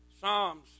Psalms